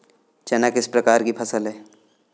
चना किस प्रकार की फसल है?